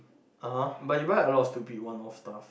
(uh huh) but you buy a lot of stupid one off stuff